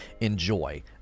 enjoy